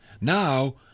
Now